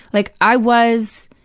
like, i was.